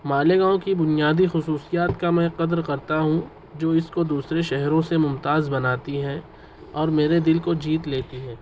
مالیگاؤں کی بنیادی خصوصیات کا میں قدر کرتا ہوں جو اس کو دوسرے شہروں سے ممتاز بناتی ہیں اور میرے دل کو جیت لیتی ہے